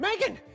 Megan